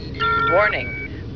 Warning